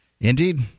Indeed